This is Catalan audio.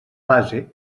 base